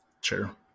sure